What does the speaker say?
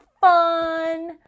fun